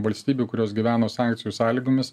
valstybių kurios gyveno sankcijų sąlygomis